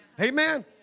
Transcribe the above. Amen